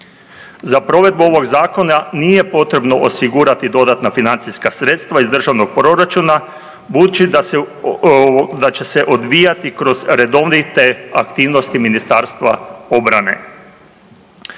Za provedbu ovog Zakona nije potrebno osigurati dodatna financijska sredstva iz državnog proračuna budući da će se odvijati kroz redovite aktivnosti MORH-a. S obzirom